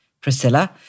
Priscilla